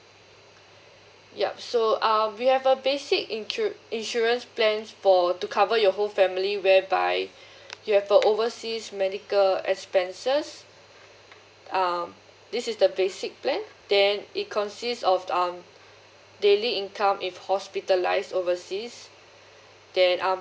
yup so uh we have a basic incur insurance plans for to cover your whole family whereby you have a overseas medical expenses um this is the basic plan then it consists of um daily income if hospitalised overseas then um